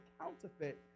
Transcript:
counterfeit